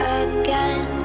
again